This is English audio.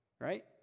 right